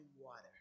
water